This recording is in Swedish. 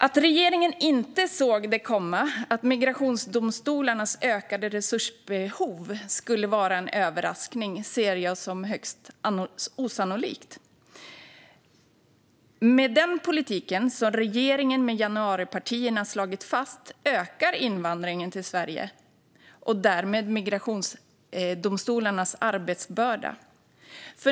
Att regeringen inte såg migrationsdomstolarnas ökade resursbehov komma och att det skulle vara en överraskning ser jag som högst osannolikt. Med den politik som regeringen med hjälp av januaripartierna har slagit fast ökar invandringen till Sverige och därmed migrationsdomstolarnas arbetsbörda.